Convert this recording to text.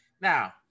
Now